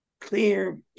clear